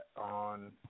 on